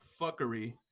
fuckery